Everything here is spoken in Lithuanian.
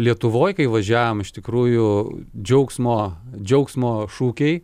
lietuvoj kai važiavom iš tikrųjų džiaugsmo džiaugsmo šūkiai